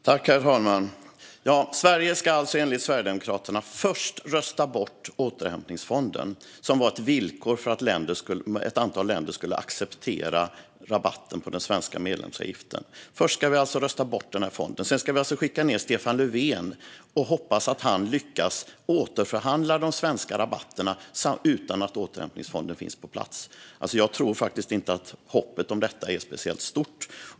Herr talman! Sverige ska alltså enligt Sverigedemokraterna först rösta bort återhämtningsfonden, som var ett villkor för att ett antal länder skulle acceptera rabatten på den svenska medlemsavgiften. Först ska vi alltså rösta bort den fonden, och sedan ska vi skicka ned Stefan Löfven och hoppas att han lyckas återförhandla de svenska rabatterna utan att återhämtningsfonden finns på plats. Jag tror faktiskt inte att hoppet om detta är speciellt stort.